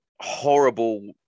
horrible